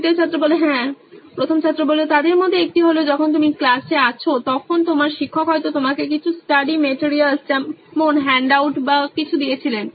তৃতীয় ছাত্র হ্যাঁ প্রথম ছাত্র তাদের মধ্যে একটি হল যখন তুমি ক্লাসে আছো তখন তোমার শিক্ষক হয়তো তোমাকে কিছু স্টাডি মেটেরিয়ালস যেমন হ্যান্ডআউট বা কিছু দিয়েছিলেন